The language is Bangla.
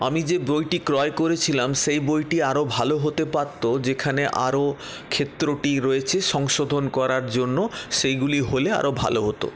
আমি যে বইটি ক্রয় করেছিলাম সেই বইটি আরো ভালো হতে পারত যেখানে আরো ক্ষেত্রটি রয়েছে সংশোধন করার জন্য সেইগুলি হলে আরো ভালো হত